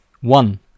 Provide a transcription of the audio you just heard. one